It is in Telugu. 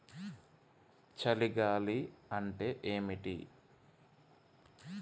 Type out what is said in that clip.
చలి గాలి అంటే ఏమిటి?